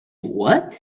what